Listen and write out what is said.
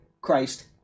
Christ